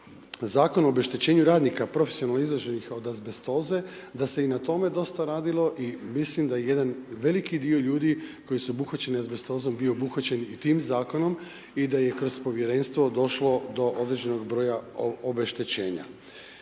Zakona o obeštećenju radnika profesionalno izloženih od azbestoze da se i na tome dosta radilo i mislim da jedan veliki dio ljudi koji su obuhvaćeni azbestozom je bio obuhvaćen i tim zakonom i da je kroz povjerenstvo došlo do određenog broja obeštećenja.